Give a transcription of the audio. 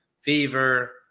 Fever